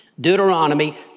Deuteronomy